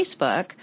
Facebook